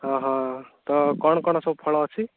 ହଁ ହଁ ତ କ'ଣ କ'ଣ ସବୁ ଫଳ ଅଛି